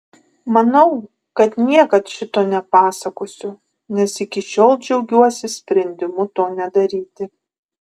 manau kad niekad šito nepasakosiu nes iki šiol džiaugiuosi sprendimu to nedaryti